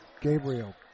Gabriel